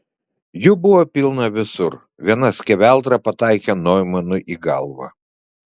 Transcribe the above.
jų buvo pilna visur viena skeveldra pataikė noimanui į galvą